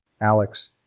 Alex